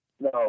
no